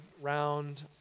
round